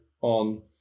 on